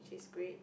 discrete